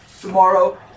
tomorrow